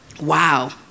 Wow